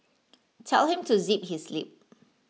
tell him to zip his lip